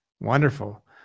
Wonderful